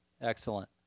Excellent